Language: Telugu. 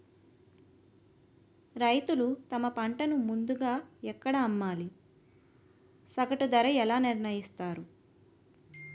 రైతులు తమ పంటను ముందుగా ఎక్కడ అమ్మాలి? సగటు ధర ఎలా నిర్ణయిస్తారు?